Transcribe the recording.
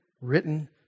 written